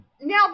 now